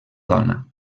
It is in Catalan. dona